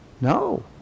No